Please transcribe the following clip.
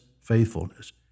faithfulness